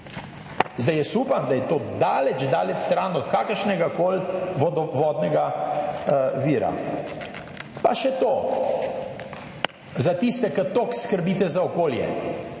Zdaj jaz upam, da je to daleč, daleč stran od kakršnegakoli vodovodnega vira. Pa še to, za tiste, ki toliko skrbite za okolje